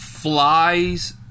flies